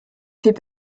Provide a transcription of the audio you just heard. fait